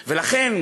ולכן,